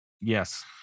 Yes